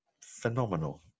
phenomenal